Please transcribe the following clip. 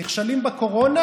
נכשלים בקורונה,